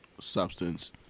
substance